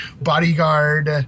bodyguard